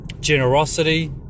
generosity